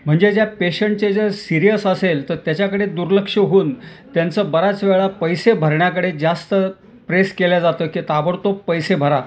म्हणजे ज्या पेशंटचे जर सिरियस असेल तर त्याच्याकडे दुर्लक्ष होऊन त्यांचं बराच वेळा पैसे भरण्याकडे जास्त प्रेस केल्या जातं की ताबडतोब पैसे भरा